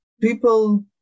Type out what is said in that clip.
people